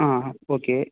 ஆ ஆ ஓகே